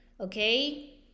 okay